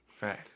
right